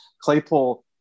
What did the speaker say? Claypool